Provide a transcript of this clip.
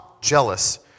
jealous